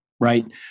Right